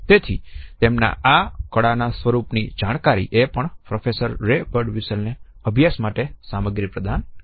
તેથી તેમના આ કળા ના સ્વરૂપ ની જાણકારી એ પણ પ્રોફેસર રે બર્ડવિસ્ટેલને અભ્યાસ માટે સામગ્રી પ્રદાન કરી